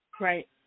Right